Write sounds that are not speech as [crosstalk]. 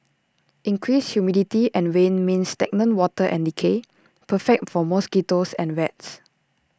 increased humidity and rain means stagnant water and decay [noise] perfect for mosquitoes and rats